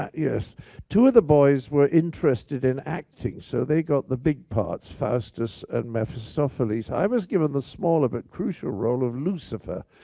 yeah two of the boys were interested in acting, so they got the big parts, faustus and mephistopheles. i was given the smaller, but crucial role of lucifer,